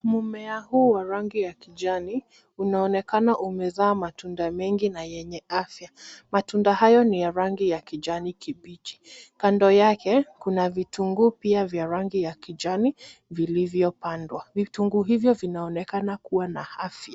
Mmea huu wa rangi ya kijani unaonekana umezaa matunda mengi na yenye afya. Matunda hayo ni ya rangi ya kijani kibichi kando yake, kuna vitunguu pia vya rangi ya kijani vilivyopandwa vitunguu hivyo vinaonekana kuwa na afya.